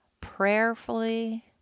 prayerfully